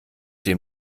dem